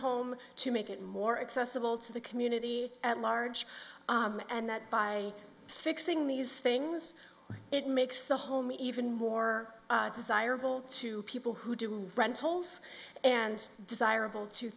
home to make it more accessible to the community at large and that by fixing these things it makes the home even more desirable to people who do rentals and desirable to